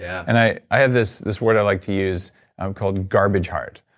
and i i have this this word i like to use called garbage heart.